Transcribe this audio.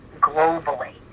globally